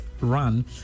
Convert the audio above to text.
run